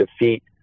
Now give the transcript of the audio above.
defeat